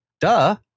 Duh